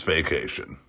Vacation